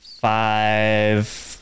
five